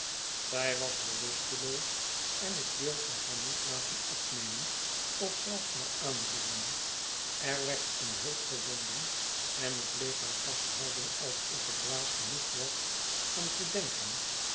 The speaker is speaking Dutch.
zij was bewusteloos en ik durfde haar niet laten opnemen of zelfs maar aanroeren er werd om hulp gezonden en ik bleef haar vasthouden alsof ik dwaas genoeg was om te denken